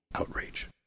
outrage